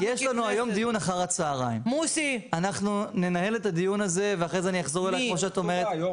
יש לי פה מוסי רז, הוא יפתור לי בעיות עכשיו.